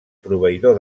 proveïdor